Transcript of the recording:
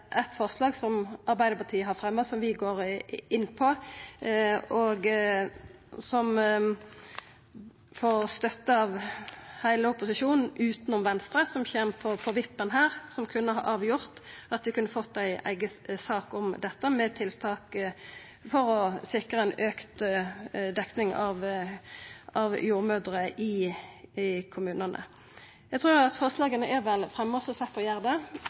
eit forslag som Arbeidarpartiet har fremja saman med m.a. Senterpartiet, og det får støtte frå heile opposisjonen utanom Venstre – som her kjem på vippen og kunne avgjort at vi kunne fått ei eiga sak om dette med tiltak for å sikra ei auka dekning av jordmødrer i kommunane. Eg trur at forslaga er fremma, så da slepp eg gjera det. Jordmortjenesten er svært viktig for